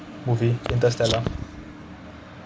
movie interstellar